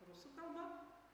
rusų kalba